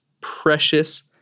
precious